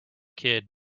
kid